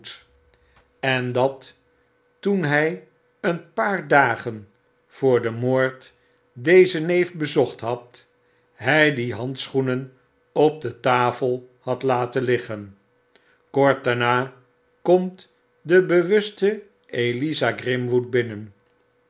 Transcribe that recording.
en dat toen hij een paar dagen voor den moord dezen neef bezocht had hij die handschoenen op de tafel had men liggen kort daarna komt de bewiiste eliza grimwood binnen